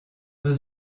was